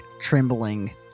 trembling